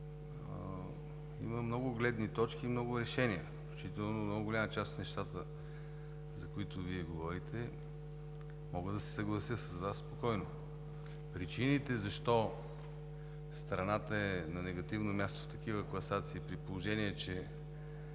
има много гледни точки и много решения, включително по много голяма част от нещата, за които Вие говорите, мога спокойно да се съглася с Вас. Причините защо страната е на негативно място в такива класации, при положение че